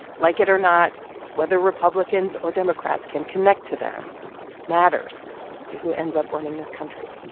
like it or not, whether republicans or democrats can connect to them matters to who ends up running this country